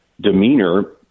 demeanor